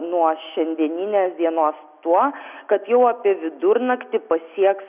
nuo šiandieninės dienos tuo kad jau apie vidurnaktį pasieks